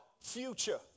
future